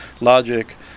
logic